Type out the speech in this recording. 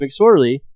McSorley